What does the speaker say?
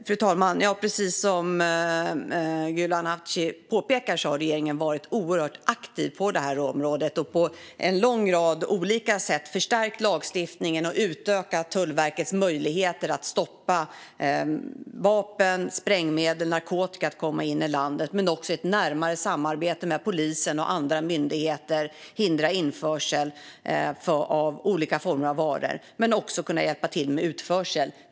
Fru talman! Precis som Gulan Avci påpekar har regeringen varit oerhört aktiv på området. Vi har på en lång rad olika sätt förstärkt lagstiftningen och utökat Tullverkets möjligheter att stoppa vapen, sprängmedel och narkotika från att komma in i landet. Men man har också ett närmare samarbete med polisen och andra myndigheter för att hindra införsel av olika former av varor. Man kan även hjälpa till vid utförsel.